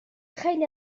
خیلی